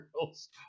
Girls